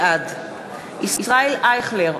בעד ישראל אייכלר,